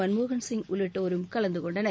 மன்மோகன் சிங் உள்ளிட்டோரும் கலந்து கொண்டனர்